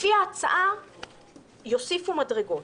לפי ההצעה יוסיפו מדרגות.